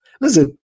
Listen